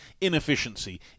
inefficiency